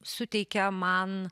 suteikia man